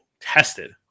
tested